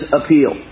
appeal